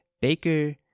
Baker